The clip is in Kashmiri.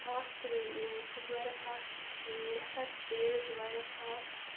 فاسٹ سُہ چھِ واریاہ فاسٹ لٮ۪کھان تیز واریاہ فاسٹ